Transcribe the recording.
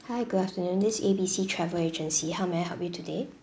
hi good afternoon this is A B C travel agency how may I help you today